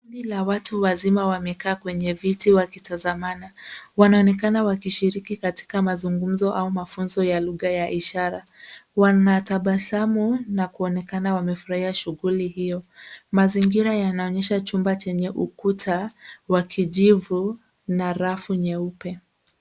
Kundi la watu wazima wamekaa kwenye viti wakitazamana. Wanaonekana wakishiriki katika mazungumzo au mafunzo ya lugha ya ishara. Wanatabasamu na kuonekana wamefurahia shughuli hiyo. Mazingira yanaonyesha chumba chenye ukuta wa kijivu na rafu nyeupe.